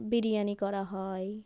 বিরিয়ানি করা হয়